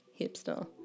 hipster